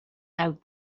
out